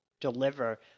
deliver